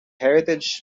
heritage